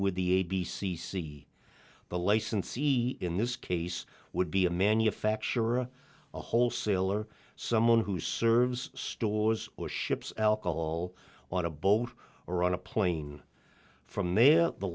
with the a b c c the licensee in this case would be a manufacturer a wholesaler someone who serves stores or ships alcohol on a boat or on a plane from there the